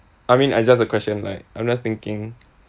I mean I just a question like I'm just thinking